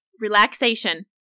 Relaxation